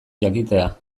jakitea